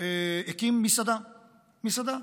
והוא הקים מסעדה,